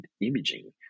imaging